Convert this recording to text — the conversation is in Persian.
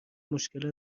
مشکل